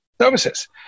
services